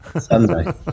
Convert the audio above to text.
Sunday